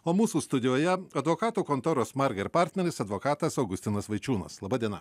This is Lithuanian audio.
o mūsų studijoje advokatų kontoros marger partneris advokatas augustinas vaičiūnas laba diena